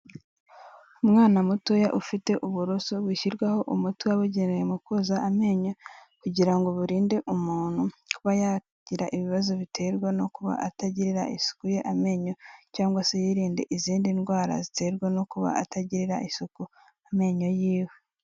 Umwana mutoya ufite uburoso bushyirwaho umuti wababugenewe mu koza amenyo kugira ngo buririnde umuntu kuba yagira ibibazo biterwa no kuba atagirira isukuri y'amenyo cyangwa se yirinde izindi ndwara ziterwa no kuba atagirira isuku amenyo y'iwe.